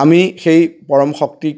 আমি সেই পৰম শক্তিক